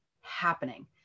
happening